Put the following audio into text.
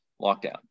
lockdown